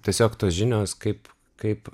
tiesiog tos žinios kaip kaip